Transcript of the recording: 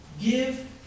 Give